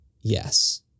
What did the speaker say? yes